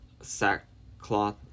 sackcloth